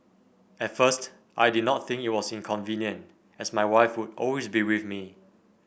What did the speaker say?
at first I did not think it was inconvenient as my wife would always be with me